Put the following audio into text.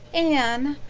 anne,